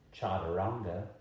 Chaturanga